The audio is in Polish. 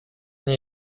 nie